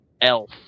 Elf